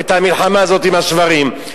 המלחמה הזאת עם השוורים,